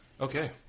Okay